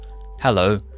Hello